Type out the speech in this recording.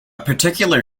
particular